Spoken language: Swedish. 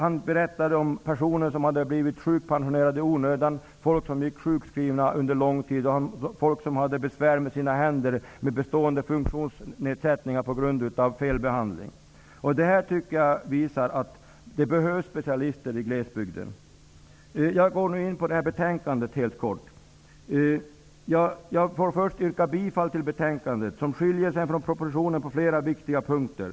Han berättade också om personer som blivit sjukpensionerade i onödan, människor som gick sjukskrivna under lång tid och människor som hade besvär med sina händer på grund av bestående funktionsnedsättningar till följd av felbehandling. Detta visar att det finns ett behov av specialister i glesbygden. Jag tänker nu kommentera betänkandet helt kort. Jag yrkar bifall till utskottets hemställan, som skiljer sig från propositionen på flera viktiga punkter.